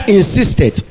insisted